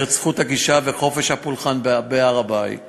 את זכות הגישה וחופש הפולחן בהר-הבית